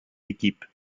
équipes